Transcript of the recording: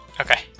Okay